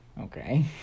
okay